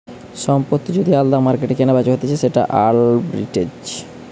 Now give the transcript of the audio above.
সম্পত্তি যদি আলদা মার্কেটে কেনাবেচা হতিছে সেটা আরবিট্রেজ